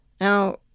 Now